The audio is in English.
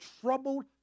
troubled